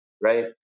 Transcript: right